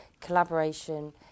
collaboration